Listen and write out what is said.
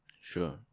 Sure